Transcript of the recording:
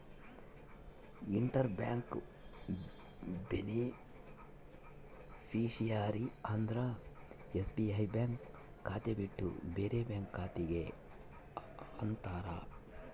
inter bank beneficiary ಅಂದ್ರ SBI bank ಖಾತೆ ಬಿಟ್ಟು ಬೇರೆ ಬ್ಯಾಂಕ್ ಖಾತೆ ಗೆ ಅಂತಾರ